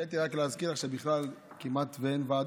קטי, רק להזכיר לך שבכלל כמעט אין ועדות.